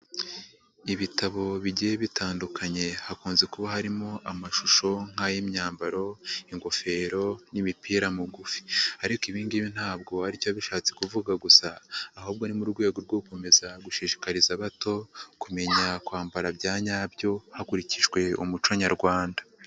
Ibitabo bigiye bitandukanye hakunze kuba harimo amashusho nk'ay'imyambaro, ingofero n'imipira migufi ariko ibingibi ntabwo aricyo bishatse kuvuga gusa, ahubwo ni mu rwego rwo gukomeza gushishikariza abato kumenya kwambara bya nyabyo hakurikijwe umuco nyarwanda.